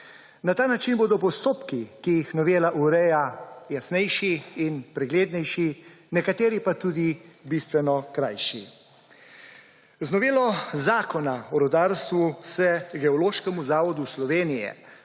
Na ta način bodo postopki, ki jih novela ureja, jasnejši in preglednejši, nekateri pa tudi bistveno krajši. Z novelo Zakona o rudarstvu se Geološkemu zavodu Slovenije